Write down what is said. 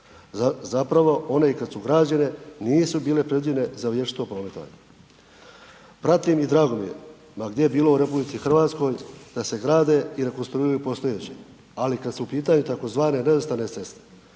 Zapravo, one i kad su građene, nisu bile predvođene za vječito prometovanje. Pratim i drago mi je ma gdje bilo u RH da se grade i rekonstruiraju postojeće ali kad su u pitanju tzv. nerazvrstane ceste